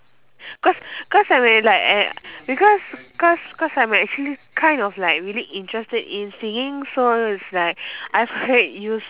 cause cause I'm at like at because cause cause I'm actually kind of like really interested in singing so it's like I've heard you